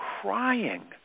crying